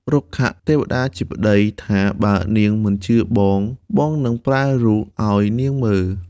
រុក្ខទេវតាជាប្ដីថា បើនាងមិនជឿបង បងនឹងប្រែរូបឱ្យនាងមើល។